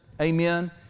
Amen